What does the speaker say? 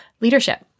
leadership